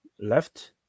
left